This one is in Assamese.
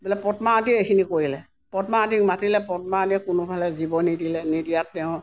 বোলে পদ্মাৱতীয়ে এইখিনি কৰিলে পদ্মাৱতীক মাতিলে পদ্মাৱতীয়ে কোনোকালে জীৱ নিদিলে নিদিয়াত তেওঁ